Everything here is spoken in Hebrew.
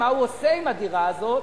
מה הוא עושה עם הדירה הזאת,